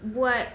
buat